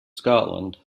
scotland